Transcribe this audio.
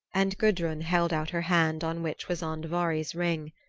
and gudrun held out her hand on which was andvari's ring.